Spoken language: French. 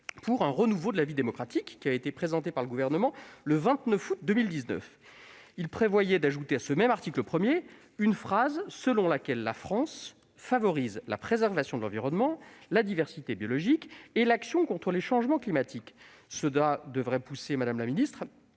pour un renouveau de la vie démocratique, présenté par le Gouvernement le 29 août 2019, qui prévoyait d'ajouter à l'article 1 de la Constitution une phrase selon laquelle la France « favorise la préservation de l'environnement, la diversité biologique et l'action contre les changements climatiques ». Cela devrait pousser Mme la ministre